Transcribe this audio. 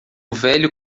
velho